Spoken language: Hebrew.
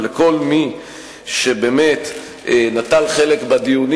ולכל מי שבאמת נטל חלק בדיונים.